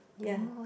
ya